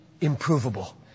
improvable